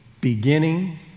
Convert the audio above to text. beginning